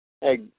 Hey